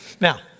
Now